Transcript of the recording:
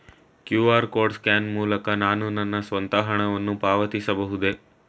QR code scan ಮೂಲಕ ನಾನು ನನ್ನ ಸ್ವಂತ ಹಣವನ್ನು ಪಾವತಿಸಬಹುದೇ?